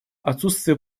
отсутствие